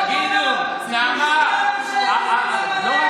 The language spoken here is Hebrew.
תגידו, נעמה, עזוב,